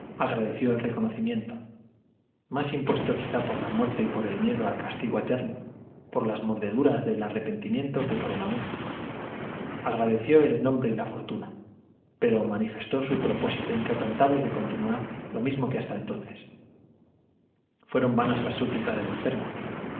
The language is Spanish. agradeció el reconoci miento másimpuesto quizás por la muerte por el miedo al castigo eterno por las mordeduras del arre pentimiento que por el amor agradeció el nombre y la fortuna pero manifestó su propósito inquebran table de continuar mismo que hasta entonces fueron las súplicas del enfermo